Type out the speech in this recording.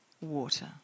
water